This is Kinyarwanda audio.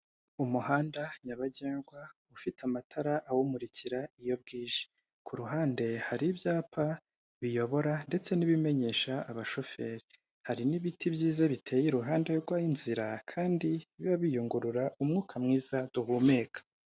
Umuhanda nyabagendwa ufite amatara awumurikira iyo bwije, ku ruhande hari ibyapa biyobora ndetse n'ibimenyesha abashoferi, hari n'ibiti byiza biteye iruhande rw'inzira kandi biba biyungurura umwuka mwiza duhumeka.